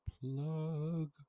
plug